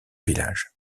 village